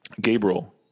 Gabriel